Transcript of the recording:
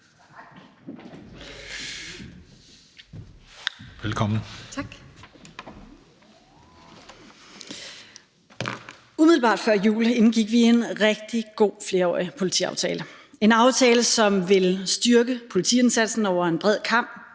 Umiddelbart før jul indgik vi en rigtig god flerårig politiaftale – en aftale, som vil styrke politiindsatsen over en bred kam